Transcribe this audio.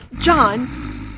John